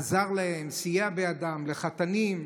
עזר להן, סייע בידן, לחתנים.